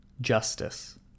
justice